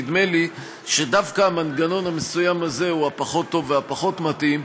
נדמה לי שדווקא המנגנון המסוים הזה הוא הפחות-טוב והפחות-מתאים,